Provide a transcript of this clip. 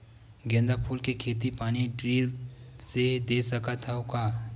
गेंदा फूल के खेती पानी ड्रिप से दे सकथ का?